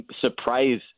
surprise